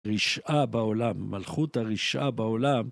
רשעה בעולם, מלכות הרשעה בעולם.